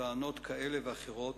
בתואנות כאלה ואחרות,